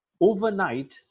overnight